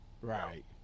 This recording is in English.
Right